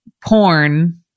porn